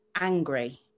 angry